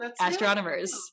astronomers